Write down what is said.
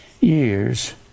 years